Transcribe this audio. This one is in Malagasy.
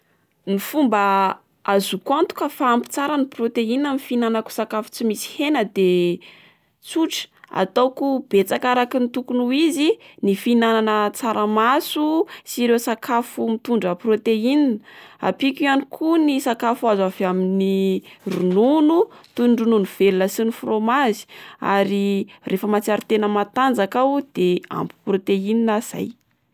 Ny fomba azoako antoka fa ampy tsara ny proteinina amin'ny fihinanako sakafo tsy misy hena de tsotra ataoko betsaka araka ny tokony ho izy ny fihinana tsaramaso sy ireo sakafo mitondra proteinina, ampiako ihany koa ny sakafo azo avy amin'ny ronono toy ny ronono velona sy ny fromazy, ary rehefa mahatsiaro tena matanjaka aho de ampy proteinina aho izay.